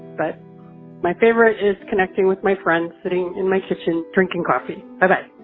but my favorite is connecting with my friends sitting in my kitchen drinking coffee ah but